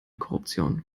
korruption